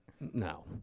No